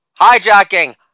Hijacking